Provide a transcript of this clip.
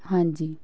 ਹਾਂਜੀ